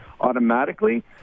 automatically